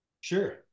Sure